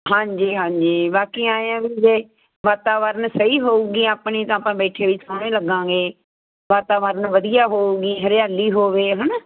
ਹਾਂਜੀ ਹਾਂਜੀ ਬਾਕੀ ਐਂ ਆ ਵੀ ਜੇ ਵਾਤਾਵਰਨ ਸਹੀ ਹੋਵੇਗੀ ਆਪਣੀ ਤਾਂ ਆਪਾਂ ਬੈਠੇ ਵੀ ਸੋਹਣੇ ਲੱਗਾਂਗੇ ਵਾਤਾਵਰਨ ਵਧੀਆ ਹੋਵੇਗੀ ਹਰਿਆਲੀ ਹੋਵੇ ਹੈ ਨਾ